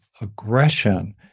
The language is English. aggression